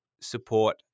support